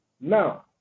Now